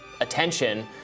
attention